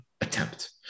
attempt